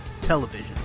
television